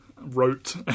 wrote